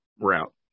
route